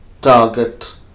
target